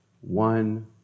one